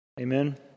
Amen